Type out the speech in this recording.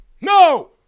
No